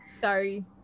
Sorry